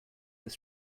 this